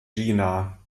gina